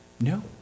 No